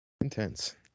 Intense